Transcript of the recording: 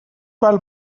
val